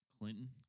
Clinton